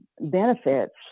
benefits